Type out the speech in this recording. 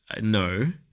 no